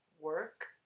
work